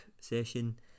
session